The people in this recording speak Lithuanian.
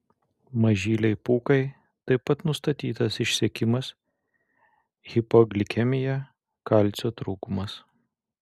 mažylei pūkai taip pat nustatytas išsekimas hipoglikemija kalcio trūkumas